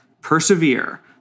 Persevere